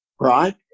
right